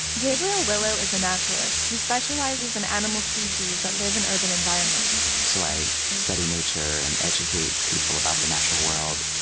gabriel willow is a naturalist who specializes in animal species that live in urban environments so i study nature and educate people about the natural world,